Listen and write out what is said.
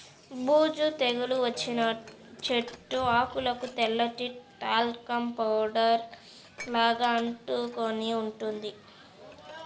బూజు తెగులు వచ్చిన చెట్టు ఆకులకు తెల్లటి టాల్కమ్ పౌడర్ లాగా అంటుకొని ఉంటుంది